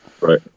Right